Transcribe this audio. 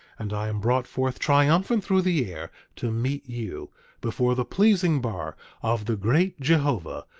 and i am brought forth triumphant through the air, to meet you before the pleasing bar of the great jehovah,